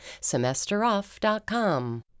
SemesterOff.com